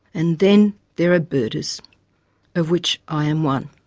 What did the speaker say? and then there are birders of which i am one.